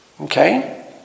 Okay